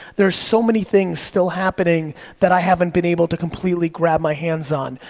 there's so many things still happening that i haven't been able to completely grab my hands on,